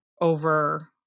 over